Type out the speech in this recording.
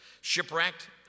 shipwrecked